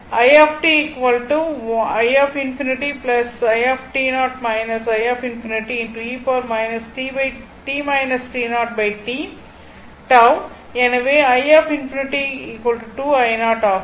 எனவே i∞2i0 ஆகும்